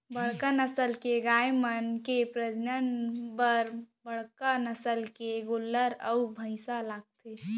बड़का नसल के गाय मन के प्रजनन बर बड़का नसल के गोल्लर अउ भईंसा लागथे